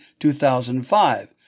2005